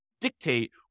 dictate